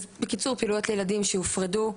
בקיצור, פעילויות לילדים שיופרדו.